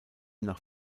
nach